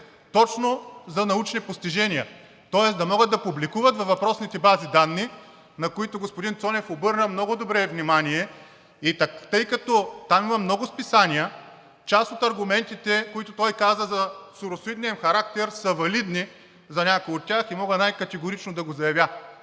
точно за научни постижения, тоест да могат да публикуват във въпросните бази данни, на които господин Цонев обърна много добре внимание. И тъй като там има много списания, част от аргументите, които той каза за соросоидния им характер, са валидни за някои от тях и мога най-категорично да го заявя.